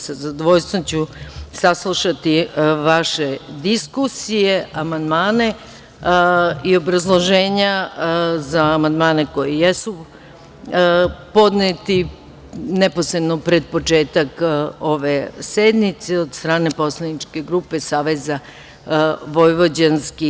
Sa zadovoljstvom ću saslušati vaše diskusije, amandmane i obrazloženja za amandmane koji jesu podneti neposredno pred početak ove sednice od strane poslaničke grupe SVM.